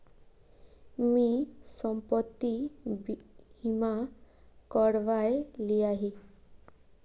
मी संपत्ति बीमा करवाए लियाही